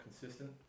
consistent